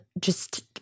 just-